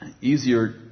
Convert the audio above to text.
easier